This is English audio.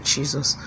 Jesus